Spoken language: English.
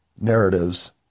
narratives